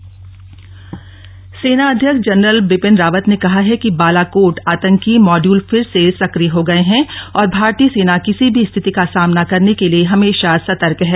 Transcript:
सेना प्रमुख सेना अध्यक्ष जनरल बिपिन रावत ने कहा है कि बालाकोट आतंकी मांड्यूल फिर से संक्रिय हो गए हैं और भारतीय सेना किसी भी स्थिति का सामना करने के लिए हमेशा सतर्क है